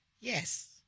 Yes